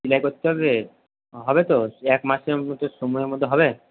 সেলাই করতে হবে হবে তো এক মাসের মত সময়ের মধ্যে হবে